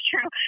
true